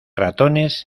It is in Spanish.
ratones